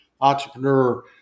entrepreneur